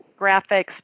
graphics